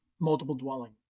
multiple-dwelling